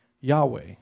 Yahweh